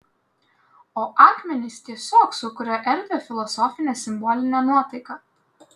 o akmenys tiesiog sukuria erdvią filosofinę simbolinę nuotaiką